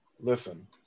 Listen